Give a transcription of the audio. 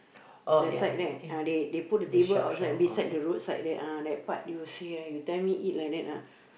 that side there ah they they put the table outside beside the roadside there ah that part you see ah you tell me eat like that ah